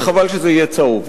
וחבל שזה יהיה צהוב,